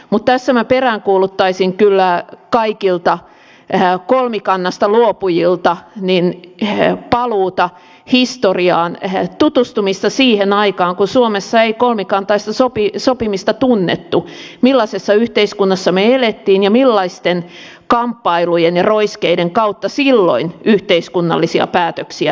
mutta tässä minä peräänkuuluttaisin kyllä kaikilta kolmikannasta luopujilta paluuta historiaan tutustumista siihen aikaan kun suomessa ei kolmikantaista sopimista tunnettu millaisessa yhteiskunnassa me elimme ja millaisten kamppailujen ja roiskeiden kautta silloin yhteiskunnallisia päätöksiä tehtiin